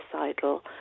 suicidal